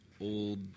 Old